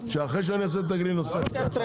שאחרי שאני עושה את זה אל תגיד לי נושא חדש.